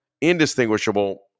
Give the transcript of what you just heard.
indistinguishable